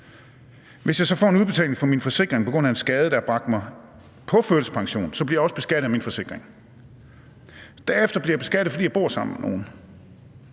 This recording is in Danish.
Hvis jeg så får en udbetaling fra min forsikring på grund af en skade, der har bragt mig på førtidspension, så bliver jeg også beskattet af min forsikring. Derefter bliver jeg beskattet, fordi jeg bor sammen med en.